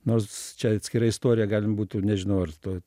nors čia atskira istorija galim būtų nežinau ar to